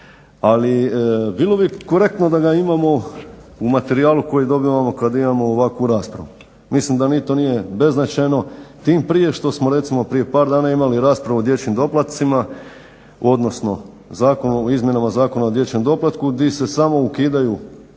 Ali bilo bi korektno da ga imamo u materijalu koji dobivamo kada imamo ovakvu raspravu. Mislim da ni to nije beznačajno tim prije što smo recimo prije par dana imali raspravu o dječjim doplatcima, odnosno Zakon o izmjenama Zakona o dječjem doplatku di se samo ukidaju